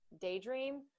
daydream